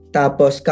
tapos